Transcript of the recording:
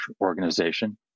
organization